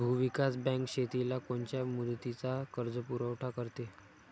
भूविकास बँक शेतीला कोनच्या मुदतीचा कर्जपुरवठा करते?